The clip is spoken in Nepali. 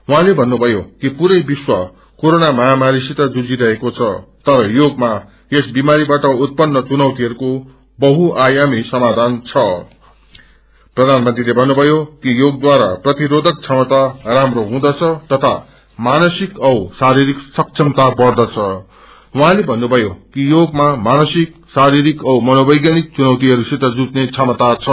उहाँले भन्नुभ्यो कि पूरै विश्व कोरोना महामारीसित जुझिरहेको छ तर योगमायस बिमारीबाअ उतपन्न चुनैतिहरूको बहुआयामी समाधान छ प्राानमत्रीले भन्नुभ्यो कि योगद्वारा प्रतिरोषक बमता राम्रो हुँदछ तथा मानिसित औ शारीरिक सक्षमता बढ़दछ उहाँले भन्नुभ्यो कि योगमा मानिसिक शारीरिक औ मनोवैज्ञानिक चुनैतिहस्सित जुहने क्षमाता छ